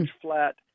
flat